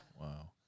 Wow